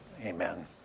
Amen